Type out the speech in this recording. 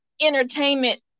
entertainment